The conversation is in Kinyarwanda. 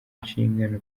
inshingano